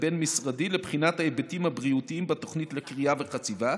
הבין-משרדי לבחינת ההיבטים הבריאותיים בתוכנית לכרייה וחציבה,